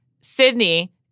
Sydney